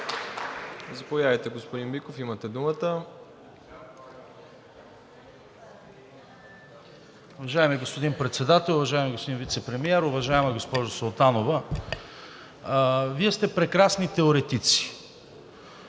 Заповядайте, господин Шишков, имате думата.